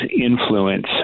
influence